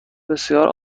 بسیار